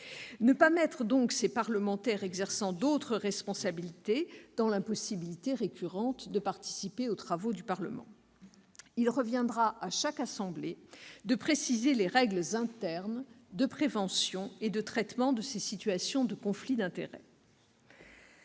un autre intérêt public, par exemple local, dans l'impossibilité récurrente de participer aux travaux du Parlement. Il reviendra à chaque assemblée de préciser les règles internes de prévention et de traitement de ces situations de conflits d'intérêts.